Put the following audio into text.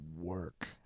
work